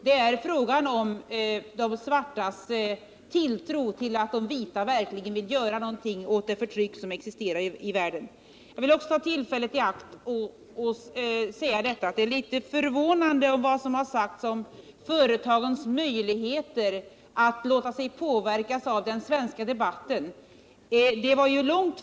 Det är fråga om de svartas tilltro till att de vita verkligen vill göra någonting åt det förtryck som existerar ute i världen. Jag vill också begagna detta tillfälle till att säga, att det som sagts om företagens möjligheter att låta sig påverkas av den svenska debatten är litet förvånande.